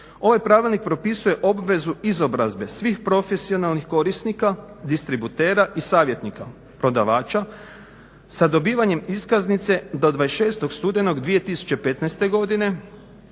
Ovaj Pravilnik propisuje obvezu izobrazbe svih profesionalnih korisnika distributera i savjetnika, prodavača sa dobivanjem iskaznice do 26. studenog 2015. godine